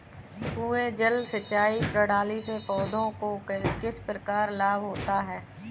कुआँ जल सिंचाई प्रणाली से पौधों को किस प्रकार लाभ होता है?